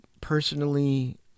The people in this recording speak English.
personally